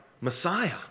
messiah